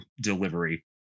delivery